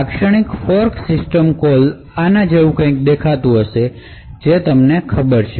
લાક્ષણિક fork system call આના જેવું કંઈક દેખાતું હોય જે તમને ખબર હશે